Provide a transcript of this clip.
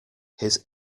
his